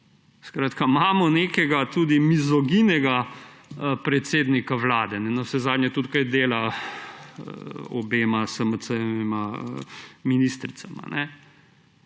Skratka, imamo nekega tudi mizoginega predsednika Vlade, navsezadnje tudi kaj dela z obema ministricama